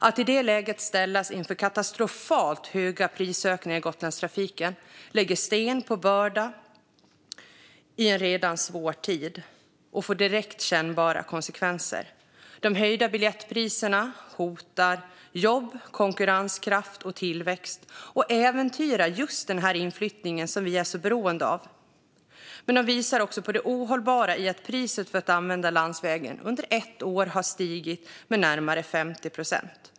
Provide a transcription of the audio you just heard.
Att i det läget ställas inför katastrofalt höga prisökningar i Gotlandstrafiken lägger sten på börda i en redan svår tid och får direkt kännbara konsekvenser. De höjda biljettpriserna hotar jobb, konkurrenskraft och tillväxt och äventyrar just den inflyttning som vi är beroende av. Men de visar också på det ohållbara i att priset för att använda landsvägen har stigit med närmare 50 procent på ett år.